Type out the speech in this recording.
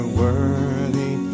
worthy